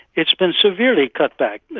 it's been severely cut back,